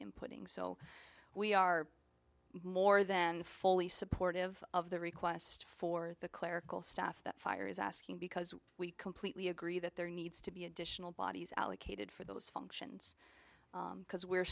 in putting so we are more than fully supportive of the request for the clerical staff that fire is asking because we completely agree that there needs to be additional bodies allocated for those functions because we're